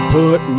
put